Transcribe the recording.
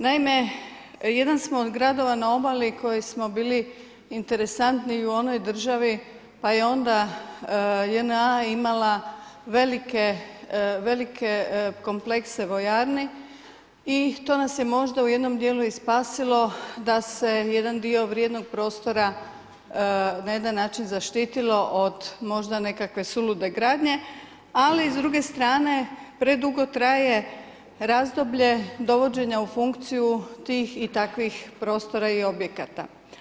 Naime jedan smo od gradova na obali koji smo bili interesantni i u onoj državi pa je onda JNA imala velike komplekse vojarni i to nas je možda u jednom dijelu i spasilo da se jedan dio vrijednog prostora na jedan način zaštitilo od možda nekakve sulude gradnje, ali s druge strane predugo traje razdoblje dovođenja u funkciju tih i takvih prostora i objekata.